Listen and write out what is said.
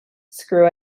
screw